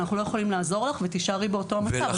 אנחנו לא יכולים לעזור לך ותישארי באותו המצב,